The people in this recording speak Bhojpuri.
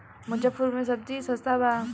मुजफ्फरपुर में सबजी सस्ता बा